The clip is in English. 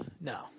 No